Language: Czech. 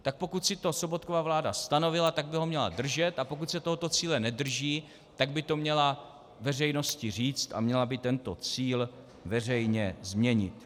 Tak pokud si to Sobotkova vláda stanovila, tak by ho měla držet, a pokud se tohoto cíle nedrží, tak by to měla veřejnosti říct a měla by tento cíl veřejně změnit.